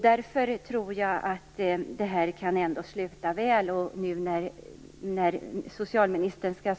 Därför tror jag ändå att det här kan sluta väl.